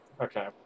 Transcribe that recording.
Okay